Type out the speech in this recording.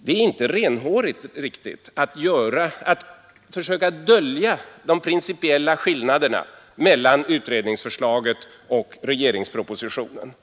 Det är inte riktigt renhårigt att försöka dölja de principiella skillnaderna mellan utredningsförslaget och regeringspropositionen.